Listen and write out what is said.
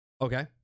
Okay